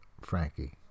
Frankie